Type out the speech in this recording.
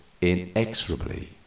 inexorably